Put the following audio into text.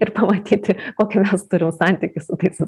ir pamatyti kokį mes turim santykį su tais